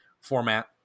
format